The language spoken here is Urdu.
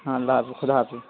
ہاں اللہ حافظ خدا حافظ